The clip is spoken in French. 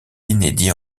inédits